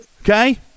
Okay